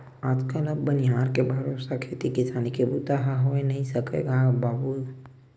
आज कल अब बनिहार के भरोसा खेती किसानी के बूता ह होय नइ सकय गा बाबूय